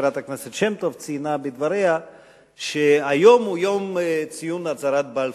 חברת הכנסת שמטוב ציינה בדבריה שהיום הוא יום ציון הצהרת בלפור.